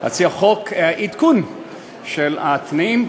להציע חוק עדכון של התנאים,